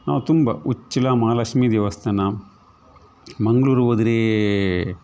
ಹಾಂ ತುಂಬ ಉಚ್ಚಿಲ ಮಹಾಲಕ್ಷ್ಮಿ ದೇವಸ್ಥಾನ ಮಂಗಳೂರು ಹೋದರೆ